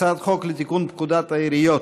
הצעת חוק לתיקון פקודת העיריות